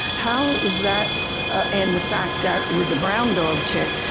how is that and the fact that with the brown dog tick,